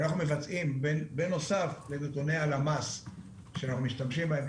כיוון שבנוסף לנתוני הלמ"ס שאנחנו משתמשים בהם,